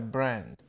Brand